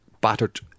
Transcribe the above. battered